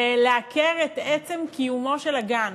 זה לעקר את עצם קיומו של הגן.